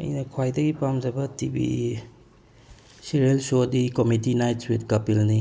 ꯑꯩꯅ ꯈ꯭ꯋꯥꯏꯗꯒꯤ ꯄꯥꯝꯖꯕ ꯇꯤ ꯕꯤ ꯁꯦꯔꯤꯑꯦꯜ ꯁꯣꯗꯤ ꯀꯣꯃꯦꯗꯤ ꯅꯥꯏꯠ ꯋꯤꯠ ꯀꯥꯄꯤꯜꯅꯤ